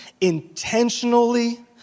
intentionally